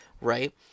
Right